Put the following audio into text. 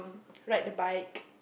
ride the bike